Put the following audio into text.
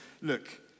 look